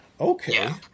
Okay